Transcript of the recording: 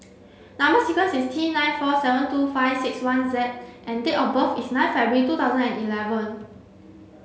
number sequence is T nine four seven two five six one Z and date of birth is nine February two thousand and eleven